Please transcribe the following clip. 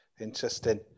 Interesting